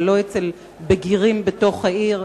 אבל לא אצל בגירים בתוך העיר.